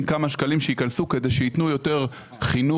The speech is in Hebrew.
כמה שקלים שייכנסו כדי שייתנו יותר חינוך,